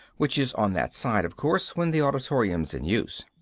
which is on that side, of course, when the auditorium's in use.